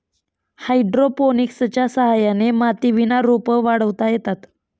हायड्रोपोनिक्सच्या सहाय्याने मातीविना रोपं वाढवता येतात